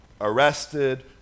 arrested